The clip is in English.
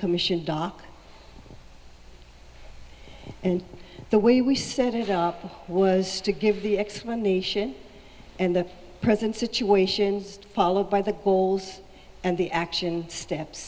commission doc and the way we set it up was to give the explanation and the present situation followed by the calls and the action steps